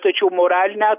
tačiau moralinę